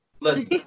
Listen